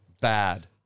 Bad